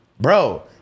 Bro